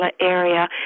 area